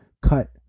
cut